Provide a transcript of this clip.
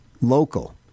local